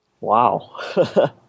Wow